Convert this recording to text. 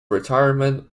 retirement